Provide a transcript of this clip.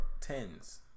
tens